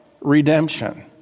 redemption